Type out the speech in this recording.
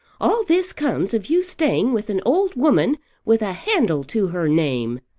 all this comes of you staying with an old woman with a handle to her name.